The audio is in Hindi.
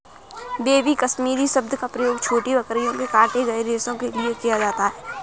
बेबी कश्मीरी शब्द का प्रयोग छोटी बकरियों के काटे गए रेशो के लिए किया जाता है